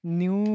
new